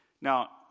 Now